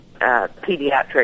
pediatric